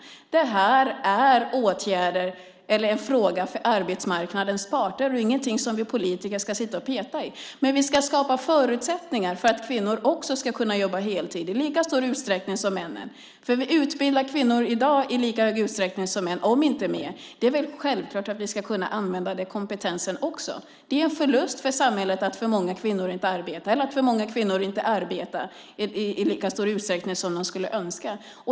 Det här är en fråga för arbetsmarknadens parter och ingenting som vi politiker ska peta i. Men vi ska skapa förutsättningar för att kvinnor också ska kunna jobba heltid i lika stor utsträckning som männen. Vi utbildar i dag kvinnor i lika hög utsträckning som män - om inte mer. Det är väl självklart att vi ska använda den kompetensen också. Det är en förlust för samhället att för många kvinnor inte arbetar eller att för många kvinnor inte arbetar i lika stor utsträckning som de skulle önska.